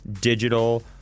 digital